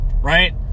right